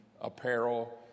apparel